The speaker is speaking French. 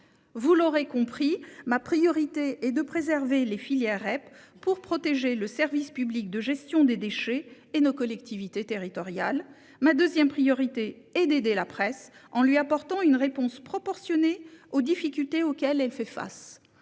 Vous l'aurez compris, ma priorité est d'abord de préserver les filières REP pour protéger le service public de gestion des déchets et nos collectivités territoriales. Elle est ensuite d'aider la presse, en lui apportant une réponse proportionnée pour faire face aux difficultés auxquelles elle fait face.